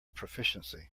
proficiency